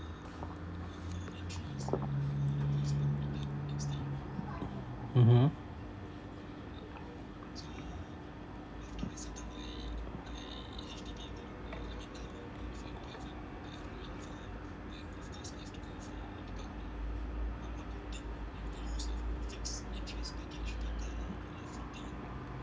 mmhmm